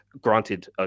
granted